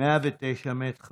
הוא ישיב על שאילתה דחופה מס' 109,